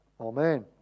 Amen